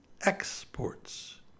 exports